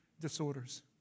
disorders